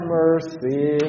mercy